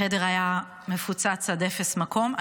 החדר היה מפוצץ עד אפס מקום,